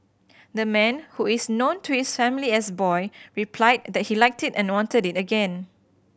the man who is known to his family as Boy replied that he liked it and wanted it again